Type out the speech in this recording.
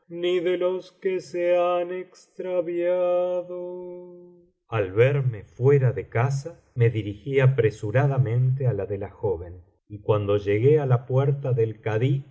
que se han extraviado al verme fuera de casa me dirigí apresuradamente á la de la joven y cuando llegué á la puerta del